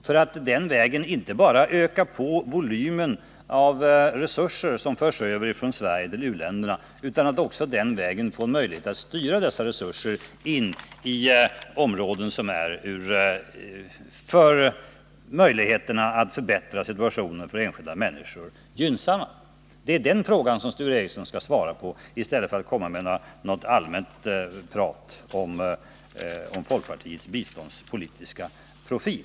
Man skulle ju den vägen kunna inte bara öka på volymen av de resurser som förs över från Sverige till u-länderna utan också få möjlighet att styra dessa resurser in i områden som är gynnsamma för möjligheten att förbättra situationen för enskilda människor. Den frågan skall Sture Ericson svara på i stället för att komma med allmänt prat om folkpartiets biståndspolitiska profil.